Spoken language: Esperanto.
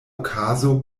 okazo